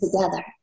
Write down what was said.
together